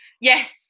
Yes